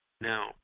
Now